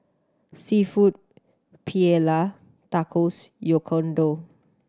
Seafood Paella Tacos Oyakodon